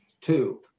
two